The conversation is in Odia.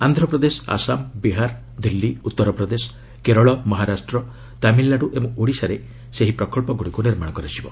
ଆନ୍ଧ୍ରପ୍ରଦେଶ ଆସାମ ବିହାର ଦିଲ୍ଲୀ ଉତ୍ତର ପ୍ରଦେଶ କେରଳ ମହାରାଷ୍ଟ୍ର ତାମିଲ୍ନାଡ଼ୁ ଏବଂ ଓଡ଼ିଶାରେ ସେହି ପ୍ରକଚ୍ଚଗୁଡ଼ିକୁ ନିର୍ମାଣ କରାଯିବ